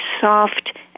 soft